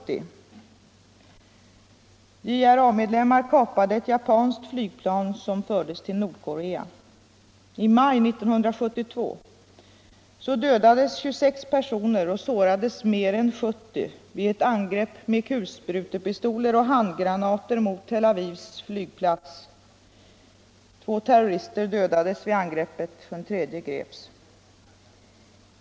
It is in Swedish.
I maj 1972 dödades 26 personer och sårades mer än 70 vid ett angrepp med kulsprutepistoler och handgranater mot Tel Avivs flygplats. Två terrorister dödades vid angreppet och en tredje greps.